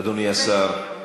אדוני השר,